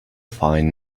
fine